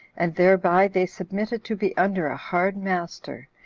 and thereby they submitted to be under a hard master,